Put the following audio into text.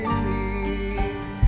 peace